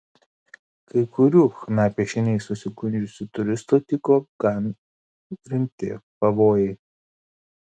kai kurių chna piešiniais susigundžiusių turistų tyko gan rimti pavojai